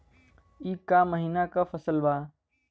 ई क महिना क फसल बा?